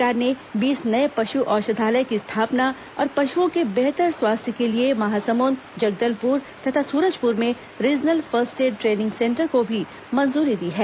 सरकार ने बीस नए पशु औषधालय की स्थापना और पशुओं के बेहतर स्वास्थ्य के लिए महासमुद जगदलपुर तथा सूरजपुर में regional first aid training centre को भी मंजूरी दी है